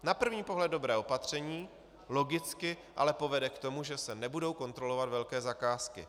Na první pohled dobré opatření, logicky ale povede k tomu, že se nebudou kontrolovat velké zakázky.